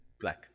black